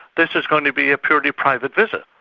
this is going to be a purely private visit.